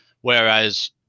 Whereas